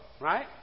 right